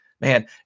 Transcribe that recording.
Man